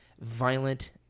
violent